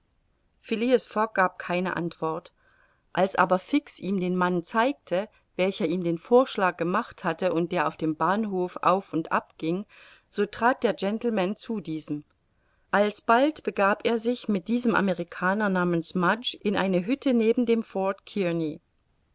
gab keine antwort als aber fix ihm den mann zeigte welcher ihm den vorschlag gemacht hatte und der auf dem bahnhof auf und ab ging so trat der gentleman zu diesem alsbald begab er sich mit diesem amerikaner namens mudge in eine hütte neben dem fort